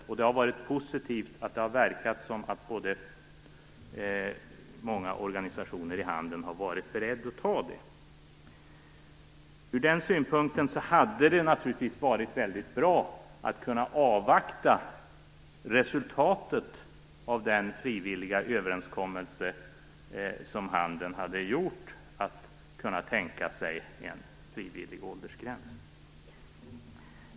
Och det är positivt att det verkar som om många organisationer inom handeln har varit beredda att ta detta ansvar. Ur denna synpunkt hade det naturligtvis varit mycket bra att kunna avvakta resultatet av den frivilliga överenskommelse som handeln hade gjort, nämligen en frivillig åldersgräns.